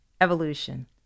evolution